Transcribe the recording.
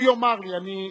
הוא יאמר לי, אני,